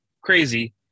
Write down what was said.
crazy